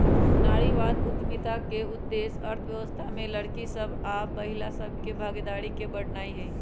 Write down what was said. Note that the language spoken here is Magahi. नारीवाद उद्यमिता के उद्देश्य अर्थव्यवस्था में लइरकि सभ आऽ महिला सभ के भागीदारी के बढ़ेनाइ हइ